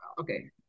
Okay